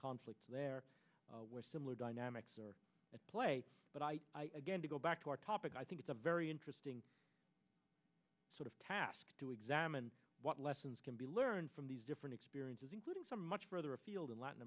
conflicts there were similar dynamics at play but again to go back to our topic i think it's a very interesting sort of task to examine what lessons can be learned from these different experiences including some much further afield of latin